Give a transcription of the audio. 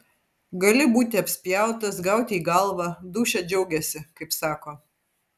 gali būti apspjautas gauti į galvą dūšia džiaugiasi kaip sako